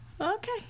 Okay